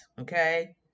okay